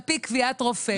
על פי קביעת רופא.